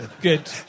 Good